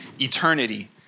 eternity